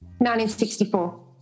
1964